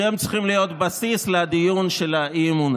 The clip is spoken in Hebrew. שהם צריכים להיות בסיס, חבר הכנסת אמסלם,